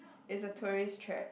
it's a tourist trap